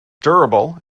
durable